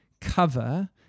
cover